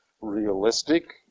realistic